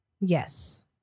Yes